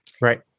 Right